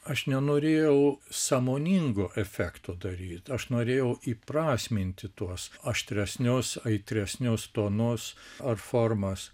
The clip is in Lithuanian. aš nenorėjau sąmoningo efekto daryt aš norėjau įprasminti tuos aštresnius aitresnius tonus ar formas